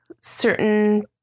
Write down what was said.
certain